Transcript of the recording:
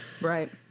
Right